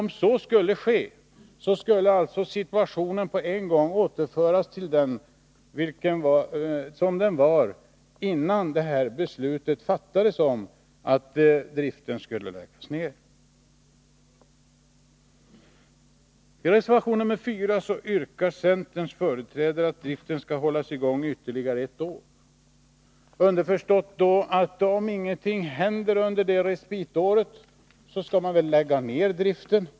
Om så skedde skulle vi på en gång återföras till den situation som förelåg innan beslutet om att driften skulle läggas ned fattades. I reservation nr 4 yrkar centerns företrädare att driften skall hållas i gång ytterligare ett år — underförstått att om ingenting händer under det respitåret skall driften läggas ned.